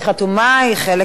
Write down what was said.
היא חלק מהמציעים,